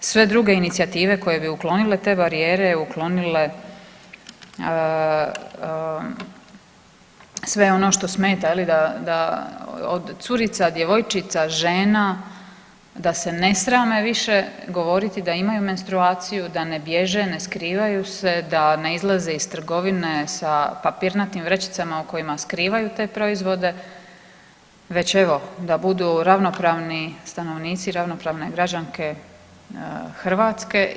Sve druge inicijative koje bi uklonile te barijere, uklonile sve ono što smeta da od curica, djevojčica, žena da se ne srame više govoriti da imaju menstruaciju, da ne bježe, ne skrivaju se, da ne izlaze iz trgovine sa papirnatim vrećicama kojima skrivaju te proizvode već evo da budu ravnopravni stanovnici, ravnopravne građanke Hrvatske.